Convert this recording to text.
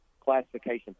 classification